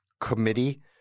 Committee